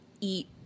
eat